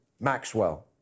Maxwell